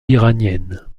iranienne